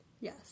Yes